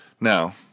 Now